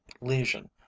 lesion